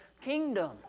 kingdom